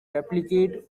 replicate